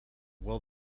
will